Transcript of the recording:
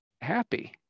happy